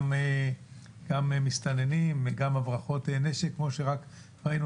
גם מסתננים וגם הברחות נשק כמו שרק ראינו